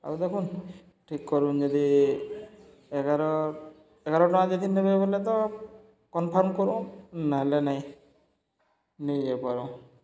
ଆଉ ଦେଖୁନ୍ ଠିକ୍ କରୁନ୍ ଯଦି ଏଗାର ଏଗାର ଟଙ୍କା ଯଦି ନେବେ ବଲେ ତ କନ୍ଫର୍ମ୍ କରୁନ୍ ନହେଲେ ନାଇଁ ନେଇ ଯାଇପାରୁ